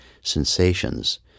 sensations